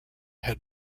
had